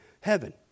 heaven